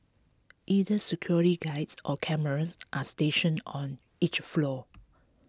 either security guards or cameras are stationed on each floor